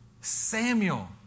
Samuel